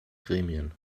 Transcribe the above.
gremien